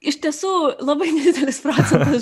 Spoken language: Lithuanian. iš tiesų labai nedidelis procentas